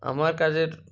আমার কাজের